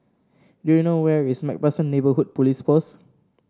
do you know where is MacPherson Neighbourhood Police Post